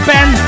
Ben